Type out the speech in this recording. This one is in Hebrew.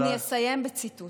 אסיים בציטוט